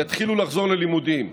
יתחילו לחזור ללימודים,